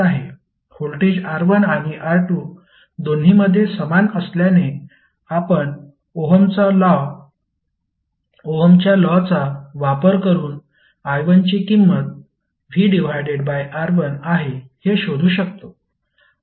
voltage R1 आणि R2 दोन्हीमध्ये समान असल्याने आपण ओहमच्या लॉ चा वापर करून i1 ची किंमत v R1 आहे हे शोधू शकतो